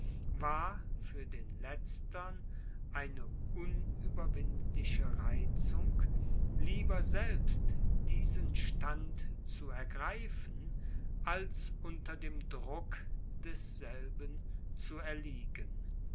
war für den letztern eine unüberwindliche reizung lieber selbst diesen stand zu ergreifen als unter dem druck desselben zu erliegen